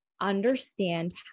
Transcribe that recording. understand